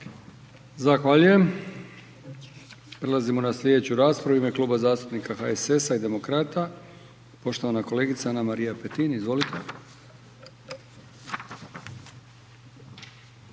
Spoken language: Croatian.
Zahvaljujem. Prelazimo na slijedeću raspravu u ime Kluba zastupnika HSS-a i Demokrata, poštovana kolegica Ana-Marija Petin, izvolite.